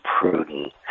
prudent